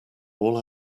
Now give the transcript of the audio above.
all